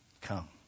come